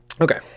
okay